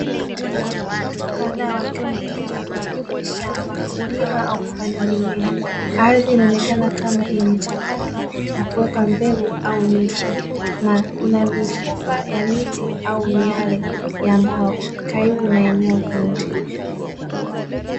Watu kadhaa wakiwa wamepiga magoti kwenye shamba wakilima au kupanda mimea, ardhi inaonekana kama imechakatwa na kuweka mbegu au miche, na kuna mifupa ya miti au miale ya mbao karibu na eneo hilo.